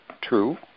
True